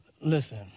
Listen